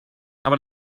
aber